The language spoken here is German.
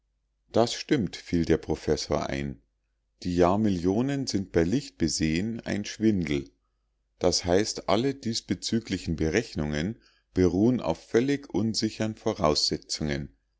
das stimmt fiel der professor ein die jahrmillionen sind bei licht besehen ein schwindel das heißt alle diesbezüglichen berechnungen beruhen auf völlig unsichern voraussetzungen